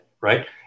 right